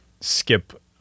skip